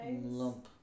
Lump